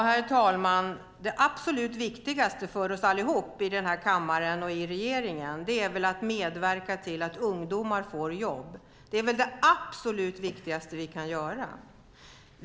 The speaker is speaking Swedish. Herr talman! Det absolut viktigaste för oss allihop i kammaren och i regeringen är att medverka till att ungdomar får jobb. Det är det absolut viktigaste vi kan göra.